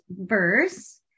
verse